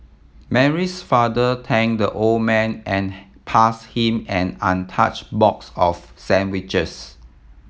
Mary's father thank the old man and pass him an untouch box of sandwiches